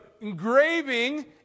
engraving